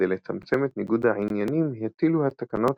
כדי לצמצם את ניגוד העניינים הטילו התקנות